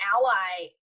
ally